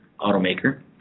automaker